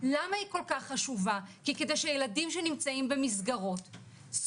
שנכון שהנערה התגרתה בה,